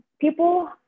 people